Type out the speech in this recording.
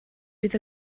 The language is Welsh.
bydd